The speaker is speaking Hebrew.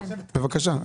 בבקשה.